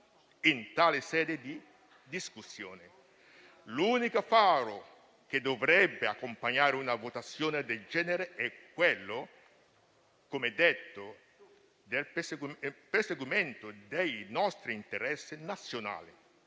in tale sede di discussione: l'unico faro che dovrebbe accompagnare una votazione del genere è quello, come detto, del perseguimento dei nostri interessi nazionali,